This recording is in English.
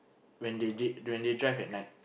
when they did when they drive at night